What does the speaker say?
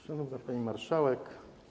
Szanowna Pani Marszałek!